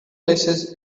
places